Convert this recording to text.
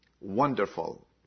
wonderful